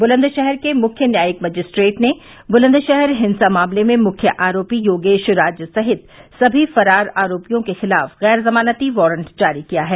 बुलंदशहर के मुख्य न्यायिक मजिस्ट्रेट ने बुलंदशहर हिंसा मामले में मुख्य आरोपी योगेश राज सहित सभी फ़रार आरोपियों के ख़िलाफ़ ग़ैर जमानती वारंट जारी किया है